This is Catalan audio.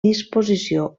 disposició